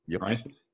right